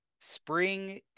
spring